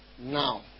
now